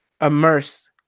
immerse